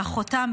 באחותם,